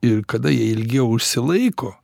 ir kada jie ilgiau užsilaiko